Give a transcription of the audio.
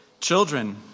children